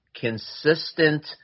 consistent